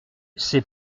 c’est